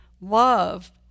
love